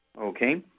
Okay